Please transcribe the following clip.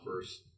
first